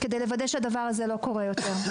כדי לוודא שהדבר הזה לא קורה יותר.